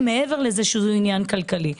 מעבר לכך שהוא עניין כלכלי.